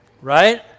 right